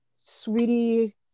sweetie